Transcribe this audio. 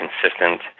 consistent